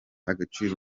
agaciro